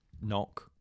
knock